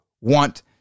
want